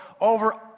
over